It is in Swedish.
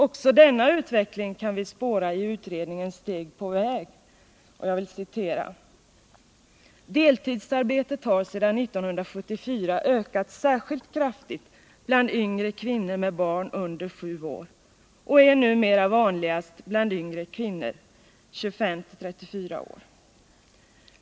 Också den utvecklingen kan vi spåra i utredningen Steg på väg ...: ”Deltidsarbete har sedan 1974 ökat särskilt kraftigt bland yngre kvinnor med barn under sju år och är numera vanligast bland yngre kvinnor .